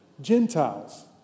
Gentiles